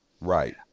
Right